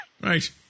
Right